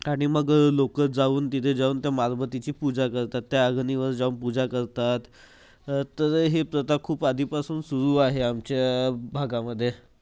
आणि मग लोकं जाऊन तिथे जाऊन त्या मारबतीची पूजा करतात त्या अग्नीवर जाऊन पूजा करतात तर हे प्रथा खूप आधीपासून सुरू आहे आमच्या भागामध्ये